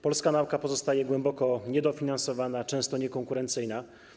Polska nauka pozostaje głęboko niedofinansowana, często niekonkurencyjna.